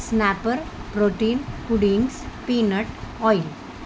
snapper protein puddings peanut oil